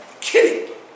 Kidding